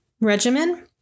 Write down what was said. regimen